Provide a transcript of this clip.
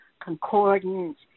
concordance